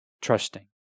trusting